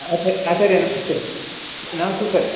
आच आचार्य नमस्ते नमस्ते सर्